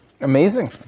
Amazing